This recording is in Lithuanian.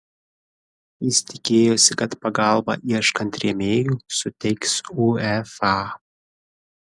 jis tikėjosi kad pagalbą ieškant rėmėjų suteiks uefa